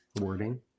wording